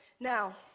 now